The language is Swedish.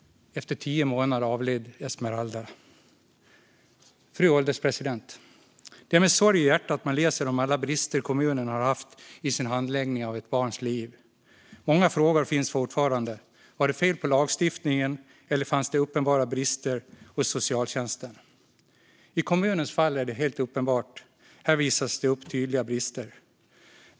Efter tio månader avled Esmeralda. Fru ålderspresident! Det är med sorg i hjärtat man läser om alla brister i kommunens handläggning gällande ett barns liv. Många frågor finns fortfarande. Var det fel på lagstiftningen, eller fanns det uppenbara brister hos socialtjänsten? I kommunens fall är det helt uppenbart; här visar sig tydliga brister.